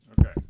Okay